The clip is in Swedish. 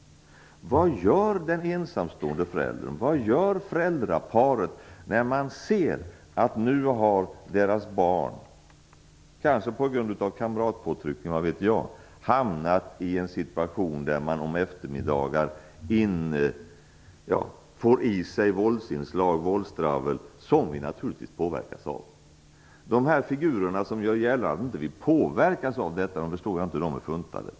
Vad gör den ensamstående föräldern, vad gör föräldraparet, när de ser att deras barn, kanske på grund av kamrattryck, vad vet jag, har hamnat i en situation där de på eftermiddagar får i sig våldsinslag och våldsdravel, som vi naturligtvis påverkas av? Jag förstår inte hur de figurer som gör gällande att vi inte påverkas av detta är funtade.